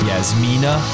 Yasmina